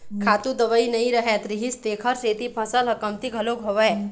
खातू दवई नइ रहत रिहिस तेखर सेती फसल ह कमती घलोक होवय